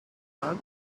but